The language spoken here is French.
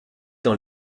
dans